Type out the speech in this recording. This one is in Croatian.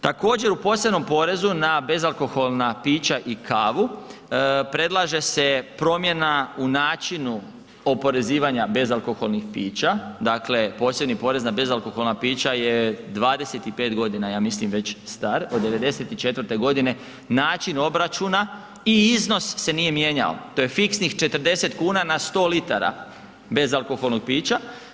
Također, u posebnom porezu na bezalkoholna pića i kavu, predlaže se promjena u načinu oporezivanja bezalkoholnih pića, dakle, posebni porez na bezalkoholna pića je 25 godina, ja mislim već star, od 94. g. način obračuna i iznos se nije mijenjao, to je fiksnih 40 kuna na 100 litara bezalkoholnog pića.